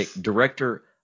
director